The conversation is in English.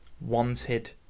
wanted